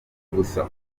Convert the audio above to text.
gusa